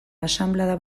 asanblada